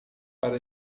para